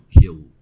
kill